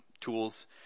tools